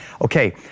okay